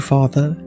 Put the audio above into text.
Father